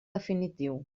definitiu